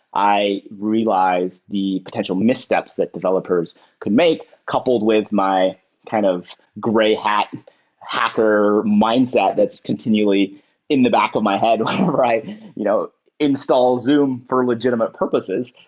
i realize the potential missteps that developers could make coupled with my kind of gray hat hacker mindset that's continually in the back of my head whenever i you know install zoom for legitimate purposes.